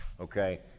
okay